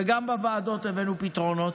וגם בוועדות הבאנו פתרונות,